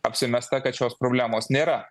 apsimesta kad šios problemos nėra